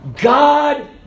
God